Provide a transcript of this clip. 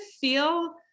feel